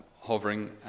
hovering